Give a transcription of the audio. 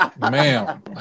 ma'am